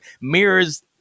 mirrors